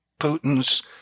Putin's